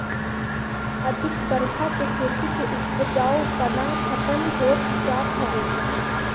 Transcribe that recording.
अधिका बरखा से खेती के उपजाऊपना खतम होत जात हवे